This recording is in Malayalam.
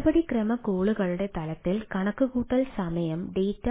നടപടിക്രമകോളുകളുടെ തലത്തിൽ കണക്കുകൂട്ടൽ സമയ ഡാറ്റ